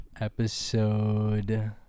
Episode